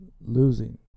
Losing